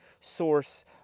source